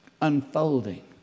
unfolding